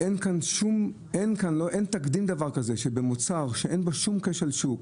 אין תקדים לדבר כזה, שבמוצר שאין בו שום כשל שוק,